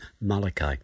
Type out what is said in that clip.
Malachi